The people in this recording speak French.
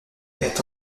est